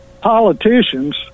politicians